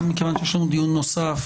גם מכיוון שיש לנו דיון נוסף,